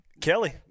Kelly